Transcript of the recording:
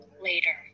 later